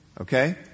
Okay